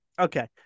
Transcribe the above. Okay